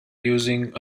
using